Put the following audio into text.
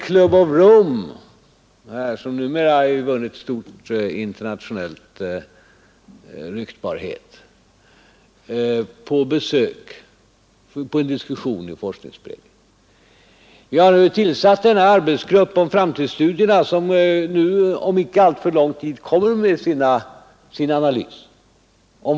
Club of Rome, som numera har vunnit stor internationell ryktbarhet, har besökt forskningsberedningen för en diskussion; vidare har vi tillsatt en arbetsgrupp om framtidsstudier, som inom en inte alltför avlägsen framtid kommer med sin analys.